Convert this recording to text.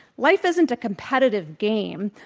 life isn't a competitive game,